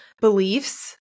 beliefs